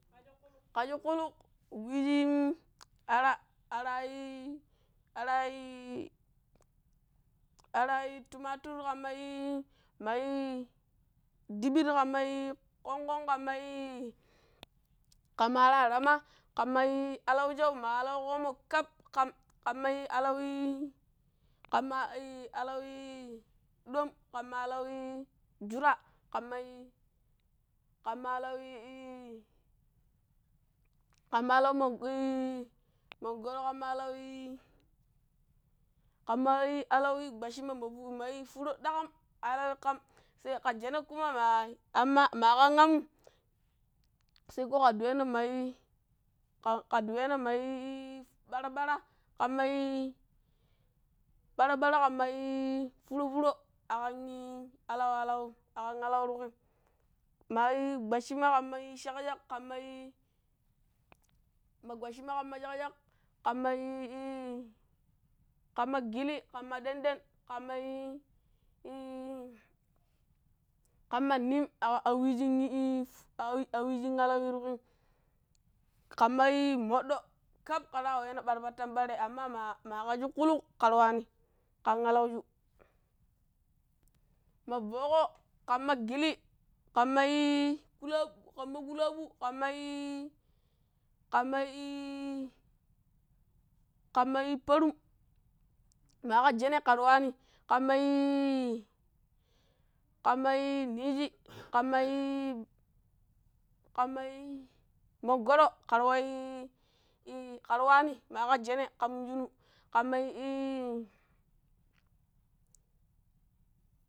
ƙa shuƙƙuluk wiiji ara arai arai tumatur ƙamma mai mai diɓit ƙamma ƙongƙong ƙammai i ƙamma ara rama kammai ma alau shau maa alan ƙoomo̱ kaf kam kamma alai kamma alai dom kamma alai jura ƙamma i-i-i ƙamma alai mengo̱ro̱ ƙamma alan gbaccima furo daƙam alauwi ƙam sai kajene ƙuma maa ƙam amum, sai ko ƙan di weina mai mai ƙandi wana mai bara-bara kammai bara-bara ƙammai furo-furo akam alai-alaim tuƙuim mai gbaccin aƙamma shakshak kamaii ma gbaccima ƙamma shashak ƙamma i-i ƙamma gili ƙamma denden ƙamme niim, a wiijin alan tukuin, ƙamma mo̱ɗɗo̱ kaf ra wana ɓara pattan barei umma maa ka shuƙƙuluƙ ƙira wa waani ƙan alauju na vooƙo ƙamma gili ƙammaii ƙamma ƙula̱a̱ɓu ƙammai ƙamma i-i pa̱rum, maa ƙajene kira wanni ƙammai ƙammai nigi kammai kammai mengo̱ro̱ karwaii ƙara waani ma ka jene kam nin shinu kammai.